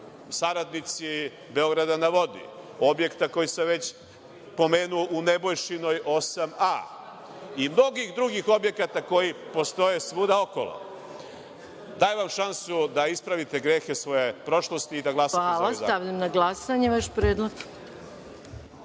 saradnici „Beograda na vodi“, objekta koji sam već pomenuo u Nebojšinoj 8a i mnogih drugih objekata koji postoje svuda okolo. Dajem vam šansu da ispravite grehe svoje prošlosti i da glasate za ovaj zakon. **Maja Gojković** Hvala. Stavljam na glasanje vaš